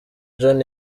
john